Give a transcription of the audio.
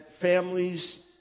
families